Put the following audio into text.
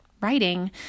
writing